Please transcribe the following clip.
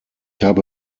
habe